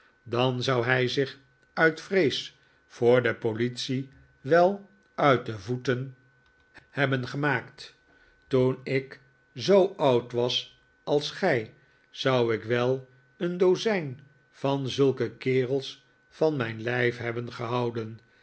dan zou hij zich uit vrees voor de politie wel uit de voeten hebben gemaakt toen ik zoo oud was als gij zou ik wel een dozijn van zulke kerels van mijn lijf hebben gehouden